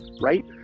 right